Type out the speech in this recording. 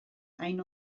hain